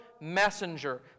messenger